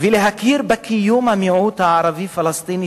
ולהכיר בקיום המיעוט הערבי פלסטיני,